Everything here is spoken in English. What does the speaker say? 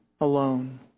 alone